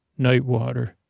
Nightwater